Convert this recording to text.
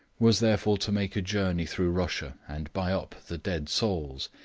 was therefore to make a journey through russia and buy up the dead souls,